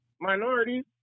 minorities